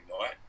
night